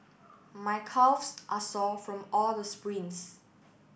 my calves are sore from all the sprints